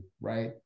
right